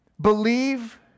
believe